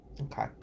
Okay